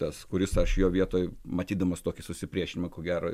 tas kuris aš jo vietoj matydamas tokį susipriešinimą ko gero